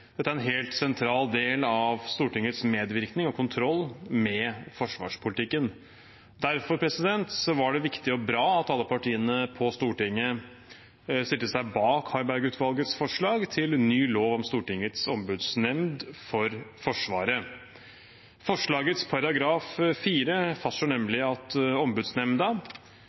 Dette er en helt sentral del av Stortingets medvirkning og kontroll med forsvarspolitikken. Derfor var det viktig og bra at alle partiene på Stortinget stilte seg bak Harberg-utvalgets forslag til ny lov om Stortingets ombudsnemnd for Forsvaret. Forslagets § 4 fastslår nemlig at Ombudsnemnda